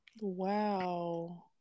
Wow